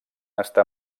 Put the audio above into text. estar